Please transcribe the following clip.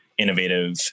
innovative